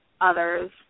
others